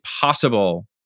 possible